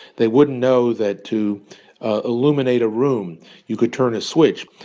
they wouldn't know that to illuminate a room you could turn a switch.